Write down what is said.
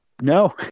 No